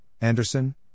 Anderson